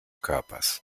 körpers